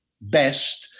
best